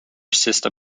sister